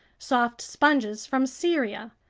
soft sponges from syria,